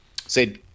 Say